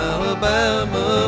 Alabama